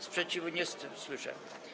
Sprzeciwu nie słyszę.